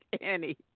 Annie